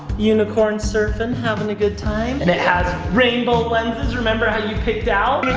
unicorn surfing, having a good time. and it has rainbow lenses! remember how you picked out?